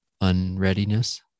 unreadiness